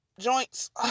joints